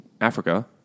Africa